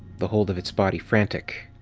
the hold of its body frantic.